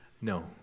No